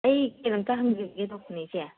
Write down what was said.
ꯑꯩ ꯀꯩꯅꯣꯝꯇ ꯍꯪꯖꯒꯦ ꯇꯧꯕꯅꯦ ꯏꯆꯦ